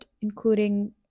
including